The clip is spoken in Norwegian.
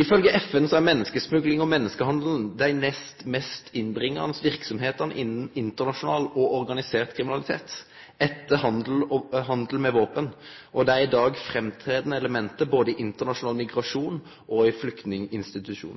Ifølgje FN er menneskesmugling og menneskehandel dei nest mest lønsame verksemdene innan internasjonal og organisert kriminalitet, etter handelen med våpen, og er i dag velkjende element både i internasjonal migrasjon og i